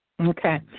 Okay